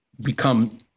become